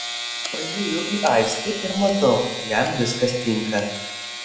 pažiūriu į aistį ir matau jam viskas tinka